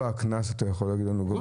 אתה יכול להגיד לנו מה גובה הקנס?